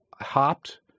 hopped